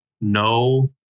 no